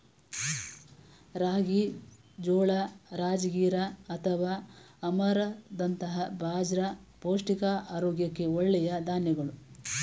ರಾಗಿ, ಜೋಳ, ರಾಜಗಿರಾ ಅಥವಾ ಅಮರಂಥ ಬಾಜ್ರ ಪೌಷ್ಟಿಕ ಆರೋಗ್ಯಕ್ಕೆ ಒಳ್ಳೆಯ ಧಾನ್ಯಗಳು